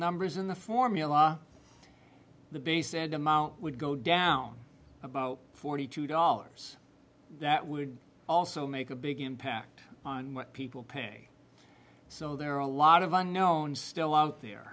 numbers in the formula the base and amount would go down about forty two dollars that would also make a big impact on what people pay so there are a lot of unknowns still out there